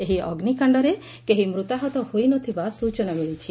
ଏହି ଅଗ୍ନିକାଣରେ କେହି ମୂତାହତ ହୋଇ ନ ଥିବା ସୂଚନା ମିଳିଛି